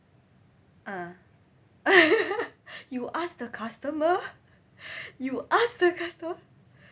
ah you ask the customer you ask the customer